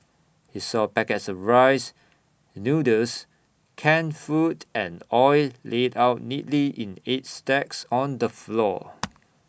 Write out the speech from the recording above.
he saw packets of rice noodles canned food and oil laid out neatly in eight stacks on the floor